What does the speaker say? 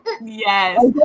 Yes